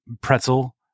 pretzel